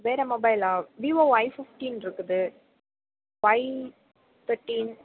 வேறு மொபைலா Vivo Y ஃபிஃப்டீனிருக்குது ஃபைவ் தேர்டீன்